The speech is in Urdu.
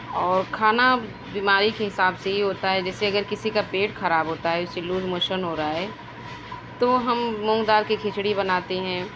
اور کھانا بیماری کے حساب سے ہی ہوتا ہے جیسے اگر کسی کا پیٹ خراب ہوتا ہے اسے لوز موشن ہو رہا ہے تو ہم مونگ دال کی کھچڑی بناتے ہیں